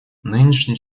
нынешний